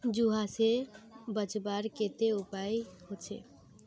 चूहा से बचवार केते की उपाय होचे?